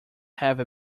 have